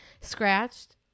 Scratched